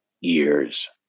years